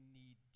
need